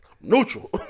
neutral